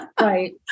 Right